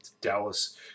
dallas